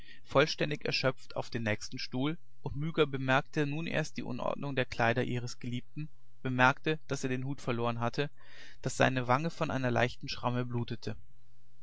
vollständig erschöpft auf den nächsten stuhl und myga bemerkte nun erst die unordnung der kleider ihres geliebten bemerkte daß er den hut verloren hatte daß seine wange von einer leichten schramme blutete